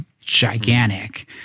gigantic